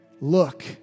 Look